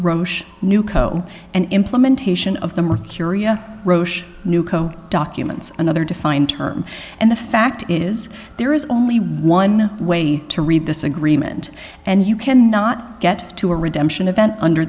roche newco and implementation of the more curia roche newco documents another defined term and the fact is there is only one way to read this agreement and you can not get to a redemption event under